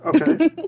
Okay